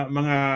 mga